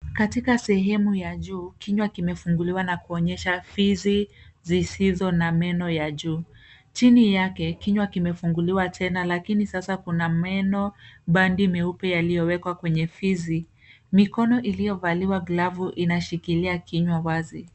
Katika sehemu ya juu, kinywa kimefunguliwa na kuonyesha fizi zisizo na meno ya juu. Chini yake, kinywa kimefunguliwa tena lakini sasa kuna meno bandia meupe yaliyowekwa kwenye fizi. Mikono iliyovaliwa glavu inashikilia kinywa wazi.